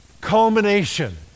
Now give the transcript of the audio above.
culmination